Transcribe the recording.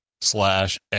slash